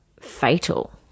fatal